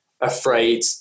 afraid